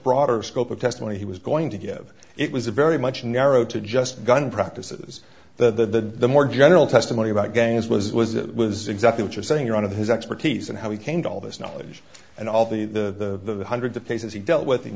broader scope of testimony he was going to give it was a very much narrowed to just gun practices the the more general testimony about games was was it was exactly what you're saying you're out of his expertise and how he came to all this knowledge and all the the hundreds of cases he dealt with